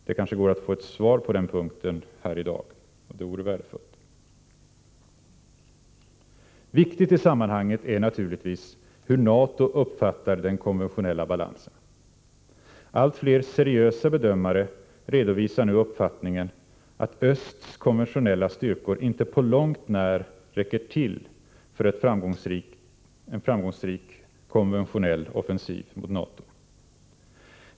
Det kanske går att få ett svar på den punkten här i dag — det vore värdefullt. Viktigt i sammanhanget är naturligtvis hur NATO uppfattar den konventionella balansen. Allt fler seriösa bedömare redovisar nu uppfattningen att östs konventionella styrkor inte på långt när räcker till för en framgångsrik konventionell offensiv mot NATO.